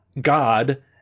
god